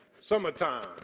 Summertime